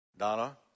Donna